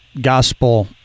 gospel